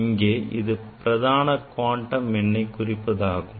இங்கே இது பிரதான குவாண்டம் எண்ணை குறிப்பதாகும்